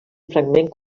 fragment